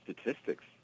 statistics